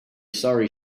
sorry